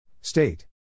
State